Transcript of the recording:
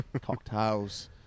cocktails